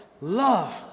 Love